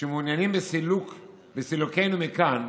שמעוניינים בסילוקנו מכאן,